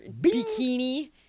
bikini